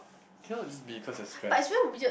cannot just be cause of stress